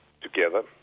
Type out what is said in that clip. together